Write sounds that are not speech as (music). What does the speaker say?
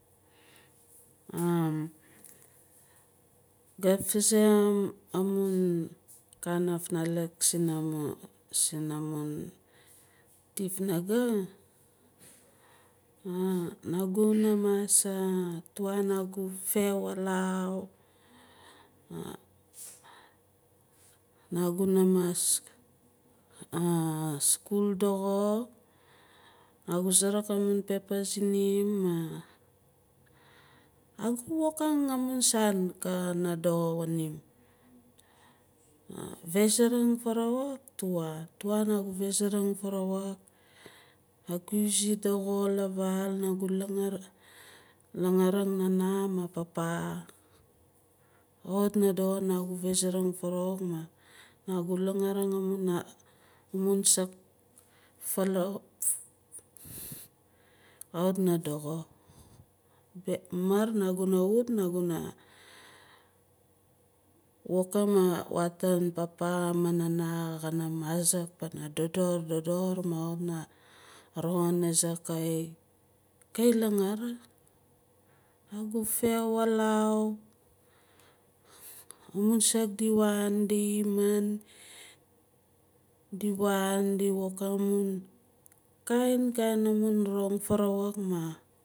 Gaat fazare amun kana afnalak sinamun tifnaga naguna mas ah tuaa nagu fehwalau naguna mas (hesitation) skul doxo nagu suruk amun pepa zinim maah nagu wokang amun saan kana doxo waanim fezaraing farawuk tuaa tuaa nagu fezarang farawuk nagu izi dox lavaal nagu langaar langaaring nama maan papa kawit naa doxo nagu fezarang farawuk mah nagu langaaring amun saak (unintelligible) maar naguna wut naguna wokim awaata papa maah nana kana mazik pana dodor dodor maah kawit naa roxin azaak kaiyi kaiyi langaar nagu fehwalau amun saak di waan himaan di waan di woking amun kainkain amun rong farawuk mah.